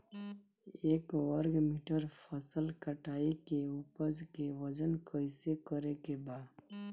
एक वर्ग मीटर फसल कटाई के उपज के वजन कैसे करे के बा?